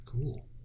Cool